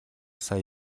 сая